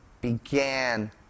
began